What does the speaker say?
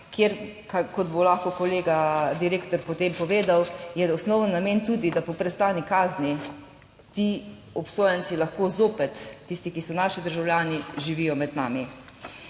kjer, kot bo lahko kolega direktor potem povedal, je osnovni namen tudi, da po prestani kazni ti obsojenci lahko zopet, tisti ki so naši državljani, živijo med nami.